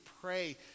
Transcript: pray